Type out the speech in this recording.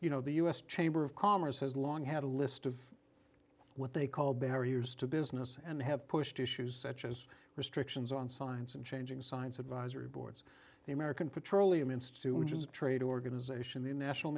you know the u s chamber of commerce has long had a list of what they call barriers to business and have pushed issues such as restrictions on science and changing science advisory boards the american petroleum institute which is a trade organization the national